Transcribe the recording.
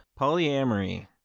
polyamory